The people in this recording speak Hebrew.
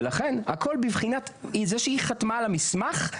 לכן, זה שהיא חתמה על המסמך,